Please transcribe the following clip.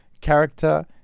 character